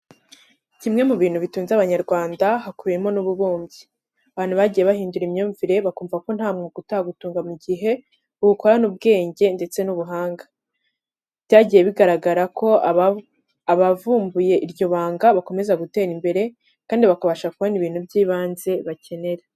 Kimwe mu bintu bitunze Abanyarwanda, hakubiyemo n'ububumbyi. Abantu bagiye bahindura imyumvire bakumva ko nta mwuga utagutunga mu gihe uwukorana ubwenge ndetse n'ubuhanga. Byagiye bigaragara ko abavumbuye iryo banga bakomeza gutera imbere, kandi bakabasha kubona ibintu by'ibanze bakenera.